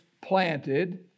planted